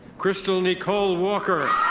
crystal nicole walker.